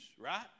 right